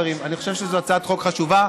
חברים: אני חושב שזו הצעת חוק חשובה,